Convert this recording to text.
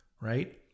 right